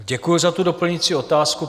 Děkuji za doplňující otázku.